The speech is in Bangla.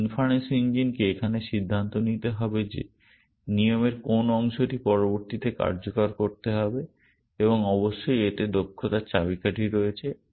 এই ইনফারেন্স ইঞ্জিনকে এখানে সিদ্ধান্ত নিতে হবে যে নিয়মের কোন অংশটি পরবর্তীতে কার্যকর করতে হবে এবং অবশ্যই এতে দক্ষতার চাবিকাঠি রয়েছে